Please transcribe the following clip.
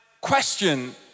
question